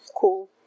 cool